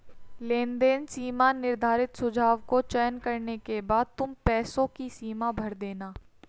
लेनदेन सीमा निर्धारित सुझाव को चयन करने के बाद तुम पैसों की सीमा भर देना